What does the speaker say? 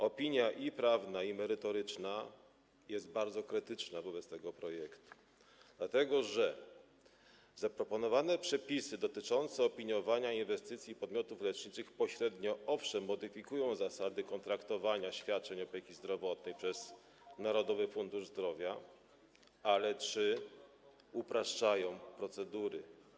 Opinia i prawna, i merytoryczna jest bardzo krytyczna wobec tego projektu, dlatego że zaproponowane przepisy dotyczące opiniowania inwestycji podmiotów leczniczych pośrednio, owszem, modyfikują zasady kontraktowania świadczeń opieki zdrowotnej przez Narodowy Fundusz Zdrowia, ale czy upraszczają procedury?